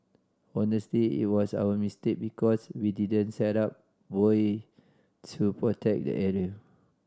honestly it was our mistake because we didn't set up buoy to protect the area